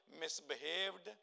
misbehaved